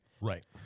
Right